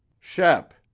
shep,